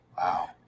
Wow